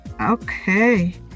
Okay